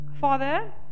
Father